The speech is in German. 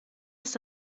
ist